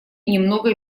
немного